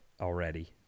already